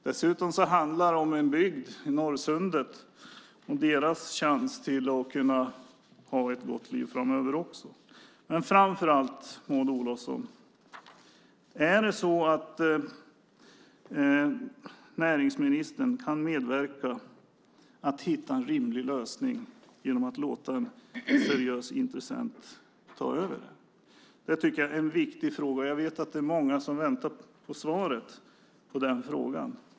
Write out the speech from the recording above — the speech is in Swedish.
Dessutom handlar det om en bygd, Norrsundet, och dess chans till ett gott liv också framöver. Men framför allt, Maud Olofsson: Kan näringsministern medverka till att hitta en rimlig lösning genom att låta en seriös intressent ta över? Det tycker jag är en viktig fråga. Jag vet att många väntar på ett svar på den frågan.